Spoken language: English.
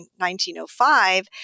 1905